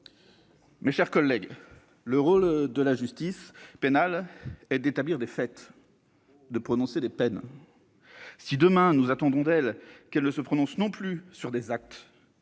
Mes chers collègues, le rôle de la justice pénale est d'établir des faits et de prononcer des peines. Si, demain, nous attendons d'elle qu'elle se prononce non plus sur des actes,